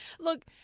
Look